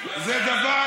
הוא עוזר,